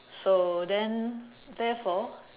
so then therefore